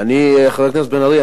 חבר הכנסת בן-ארי,